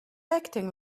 acting